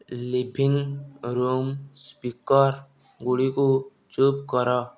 living room speaker ଗୁଡ଼ିକୁ ଚୁପ୍ କର